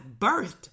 birthed